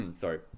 sorry